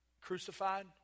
Crucified